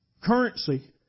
currency